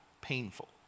painful